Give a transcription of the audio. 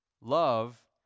love